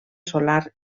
solar